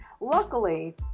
Luckily